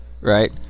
Right